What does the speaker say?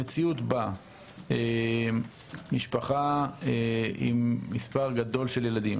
המציאות בה משפחה עם מספר גדול של ילדים,